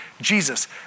Jesus